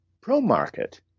pro-market